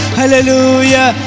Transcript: hallelujah